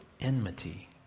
enmity